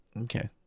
Okay